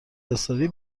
اضطراری